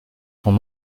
sont